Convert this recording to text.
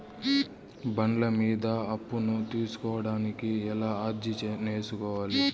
బండ్ల మీద అప్పును తీసుకోడానికి ఎలా అర్జీ సేసుకోవాలి?